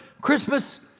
Christmas